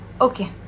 okay